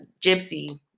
Gypsy